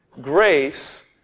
Grace